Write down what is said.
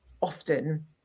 often